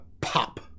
pop